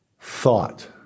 thought